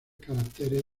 caracteres